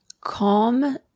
Calm